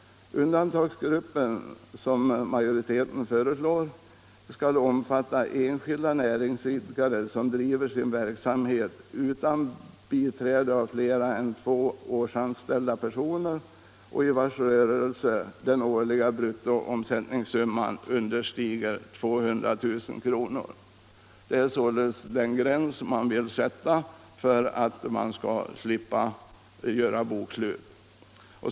Undantagsgruppen, som majoriteten föreslår, skall omfatta enskilda näringsidkare som bedriver sin verksamhet utan biträde av flera än två årsanställda personer och i vilkas rörelser den årliga bruttoomsättningssumman understiger 200 000 kr. Det är således den gräns som utskottsmajoriteten vill sätta för att man skall slippa göra bokslut.